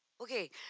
Okay